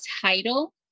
title